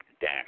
dash